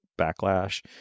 backlash